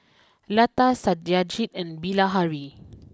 Lata Satyajit and Bilahari